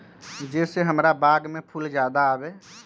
जे से हमार बाग में फुल ज्यादा आवे?